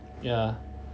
ya